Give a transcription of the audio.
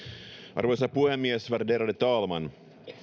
arvoisa puhemies värderade talman